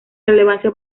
relevancia